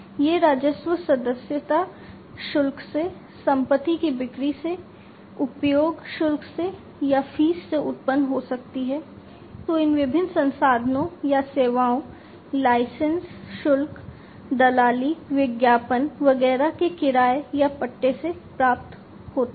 ये राजस्व सदस्यता शुल्क से संपत्ति की बिक्री से उपयोग शुल्क से या फीस से उत्पन्न हो सकती है जो इन विभिन्न संसाधनों या सेवाओं लाइसेंस शुल्क दलाली विज्ञापन वगैरह के किराये या पट्टे से प्राप्त होती है